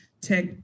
tech